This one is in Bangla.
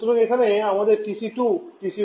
সুতরাং এখানে আমাদের TC 2 TC 1 এর চেয়ে বড়